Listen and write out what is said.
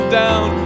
down